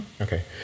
Okay